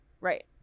right